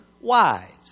wise